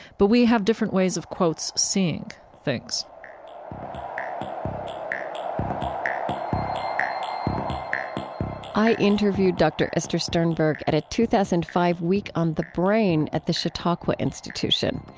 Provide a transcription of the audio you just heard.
but we have different ways of, quote, seeing things um i interviewed dr. esther sternberg at a two thousand and five week on the brain, at the chautauqua institution.